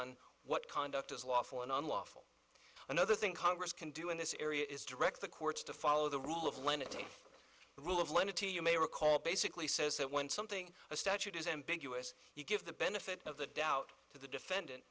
on what conduct is lawful and unlawful another thing congress can do in this area is direct the courts to follow the rule of lenity rule of lenity you may recall basically says that when something a statute is ambiguous you give the benefit of the doubt to the defendant